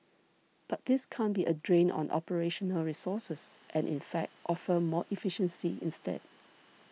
but this can't be a drain on operational resources and in fact offer more efficiency instead